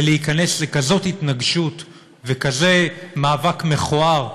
להיכנס לכזאת התנגשות וכזה מאבק מכוער,